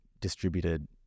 distributed